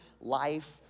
life